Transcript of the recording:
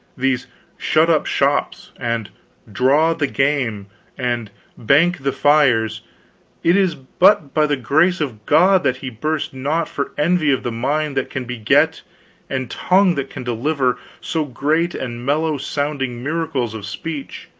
these shut-up-shops, and draw-the-game, and bank-the-fires, it is but by the grace of god that he burst not for envy of the mind that can beget, and tongue that can deliver so great and mellow-sounding miracles of speech,